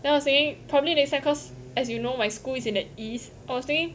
then I was saying probably next time cause as you know my school is in the east I was thinking